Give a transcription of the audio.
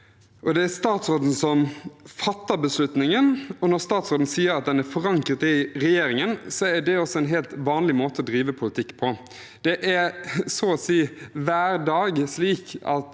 Det er statsråden som fatter beslutningen, og når statsråden sier at den er forankret i regjeringen, er det en helt vanlig måte å drive politikk på. Det er så å si hver dag slik at